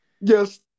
Yes